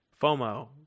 FOMO